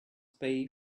pay